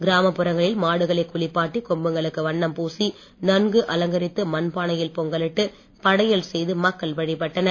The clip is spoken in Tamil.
கிராமப்புறங்களில் மாடுகளை குளிப்பாட்டி கொம்புகளுக்கு வண்ணம் பூசி நன்கு அலங்கரித்து மண்பானையில் பொங்கலிட்டு படையல் செய்து மக்கள் வழிபட்டனர்